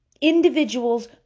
individuals